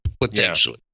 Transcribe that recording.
potentially